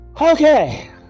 Okay